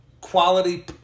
quality